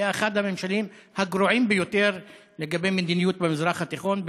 היה אחד הממשלים הגרועים ביותר לגבי מדיניות במזרח התיכון.